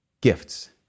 gifts